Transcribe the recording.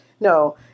No